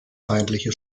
feindliche